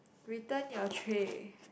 return your tray